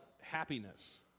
happiness